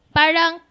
parang